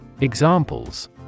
Examples